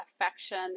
affection